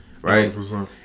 right